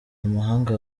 amahanga